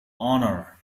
honor